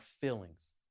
feelings